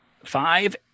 five